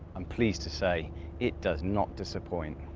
i'm pleased to say it does not disappoint.